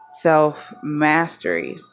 self-mastery